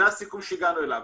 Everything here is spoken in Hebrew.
זה הסיכום שהגענו אליו.